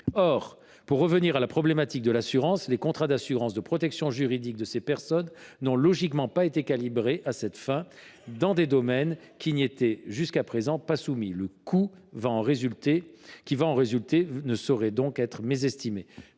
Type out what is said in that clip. Or, pour revenir à la problématique de l’assurance, les contrats de protection juridique de ces personnes n’ont logiquement pas été calibrés à cette fin, dans des domaines qui n’y étaient jusqu’à présent pas soumis. Le coût qui va en résulter ne saurait être mésestimé.